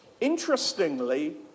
Interestingly